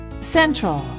central